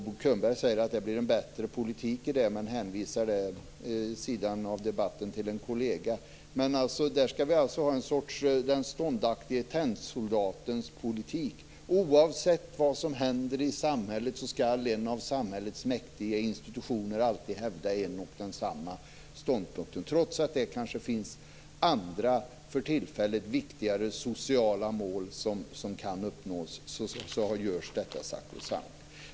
Bo Könberg säger att det blir en bättre politik i det och hänvisar där vid sidan av debatten till en kollega. Men där skall vi ha den ståndaktige tennsoldatens politik. Oavsett vad som händer i samhället skall en av samhällets mäktiga institutioner alltid hävda en och samma ståndpunkt. Trots att det kanske finns andra för tillfället viktigare sociala mål som kan uppnås görs detta sakrosankt.